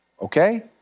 Okay